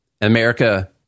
America